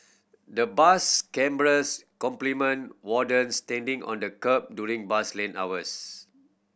the bus cameras complement wardens standing on the kerb during bus lane hours